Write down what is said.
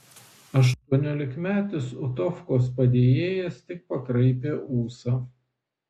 aštuoniolikmetis utovkos padėjėjas tik pakraipė ūsą